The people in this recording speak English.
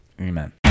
Amen